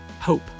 hope